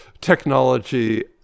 technology